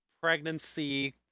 pregnancy